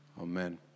Amen